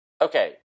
Okay